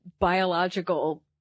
biological